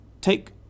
take